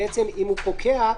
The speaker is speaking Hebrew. אם הוא פוקע,